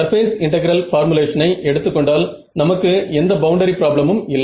surface integral பார்முலேஷனை எடுத்து கொண்டால் நமக்கு எந்த பவுண்டரி ப்ராப்ளமும் இல்லை